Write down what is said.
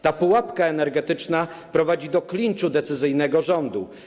Ta pułapka energetyczna prowadzi do klinczu decyzyjnego rządu.